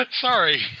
Sorry